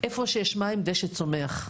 מי שקובע את התעריף זו לא הרשות; זו התחרות בשוק.